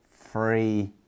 free